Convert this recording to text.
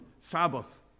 Sabbath